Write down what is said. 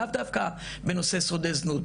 לאו דווקא בנושא שורדי זנות,